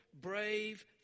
brave